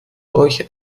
euch